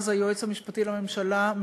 אז היועץ המשפטי לממשלה,